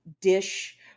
dish